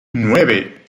nueve